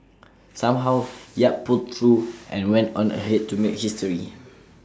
somehow yap pulled through and went on ahead to make history